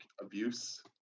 abuse